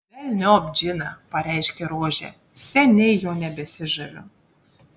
velniop džiną pareiškė rožė seniai juo nebesižaviu